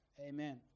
Amen